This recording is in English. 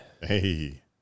Hey